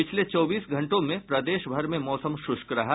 पिछले चौबीस घंटों में प्रदेशभर में मौसम शुष्क रहा